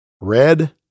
Red